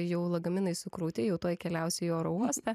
jau lagaminai sukrauti jau tuoj keliausi į oro uostą